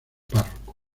párroco